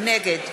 נגד